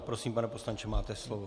Prosím, pane poslanče, máte slovo.